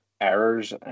errors